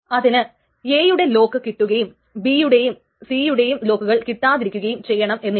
അതിന് A യുടെ lock കിട്ടുകയും B യുടെയും C യുടെയും ലോക്കുകൾ കിട്ടാതിരിക്കുകയും ചെയ്യണമെന്നില്ല